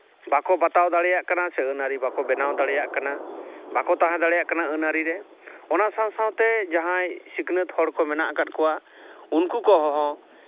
ᱵᱟᱠᱚ ᱵᱟᱛᱟᱣ ᱫᱟᱲᱮᱭᱟᱜ ᱠᱟᱱᱟ ᱥᱮ ᱟᱹᱱᱼᱟᱹᱨᱤ ᱵᱟᱠᱚ ᱵᱮᱱᱟᱣ ᱫᱟᱲᱮᱭᱟᱜ ᱠᱟᱱᱟ ᱵᱟᱠᱚ ᱛᱟᱦᱮᱸ ᱫᱟᱲᱮᱭᱟᱜ ᱠᱟᱱᱟ ᱟᱹᱱᱼᱟᱹᱨᱤᱨᱮ ᱚᱱᱟ ᱥᱟᱶᱼᱥᱟᱶᱛᱮ ᱡᱟᱦᱟᱸᱭ ᱥᱤᱠᱷᱱᱟᱹᱛ ᱦᱚᱲ ᱠᱚ ᱢᱮᱱᱟᱜ ᱠᱚᱣᱟ ᱩᱱᱠᱩ ᱠᱚ ᱠᱚᱦᱚᱸ